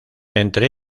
entre